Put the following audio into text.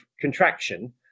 contraction